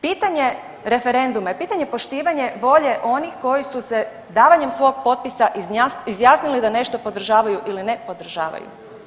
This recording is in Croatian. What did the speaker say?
Pitanje referenduma je pitanje poštivanja volje onih koji su se davanjem svog potpisa izjasnili da nešto podržavaju ili ne podržavaju.